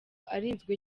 arinzwe